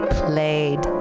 played